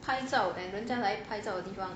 拍照 and 人家来拍照的地方